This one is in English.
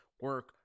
Work